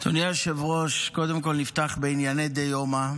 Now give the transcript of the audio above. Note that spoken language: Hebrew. אדוני היושב-ראש, קודם כול, אפתח בענייני דיומא.